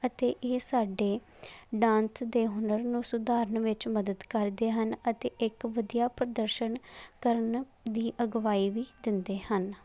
ਅਤੇ ਇਹ ਸਾਡੇ ਡਾਂਸ ਦੇ ਹੁਨਰ ਨੂੰ ਸੁਧਾਰਨ ਵਿੱਚ ਮਦਦ ਕਰਦੇ ਹਨ ਅਤੇ ਇੱਕ ਵਧੀਆ ਪ੍ਰਦਰਸ਼ਨ ਕਰਨ ਦੀ ਅਗਵਾਈ ਵੀ ਦਿੰਦੇ ਹਨ